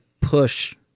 push